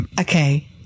Okay